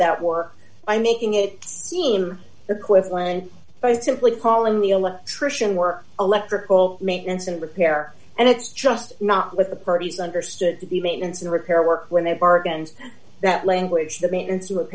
that war by making it seem equivalent by simply calling the electrician work electrical maintenance and repair and it's just not with the parties understood that the maintenance and repair work when they bargained that language the maintenance